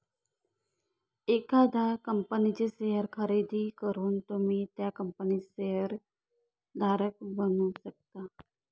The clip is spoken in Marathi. एखाद्या कंपनीचे शेअर खरेदी करून तुम्ही त्या कंपनीचे शेअर धारक बनू शकता